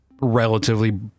relatively